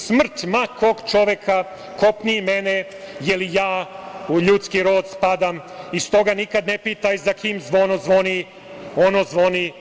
Smrt ma kog čoveka kopni i mene, jer i ja u ljudski rod spadam i stoga nikad ne pitaj za kim zvono zvoni.